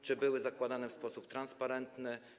Czy były zakładane w sposób transparentny?